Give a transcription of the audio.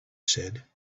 said